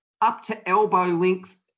up-to-elbow-length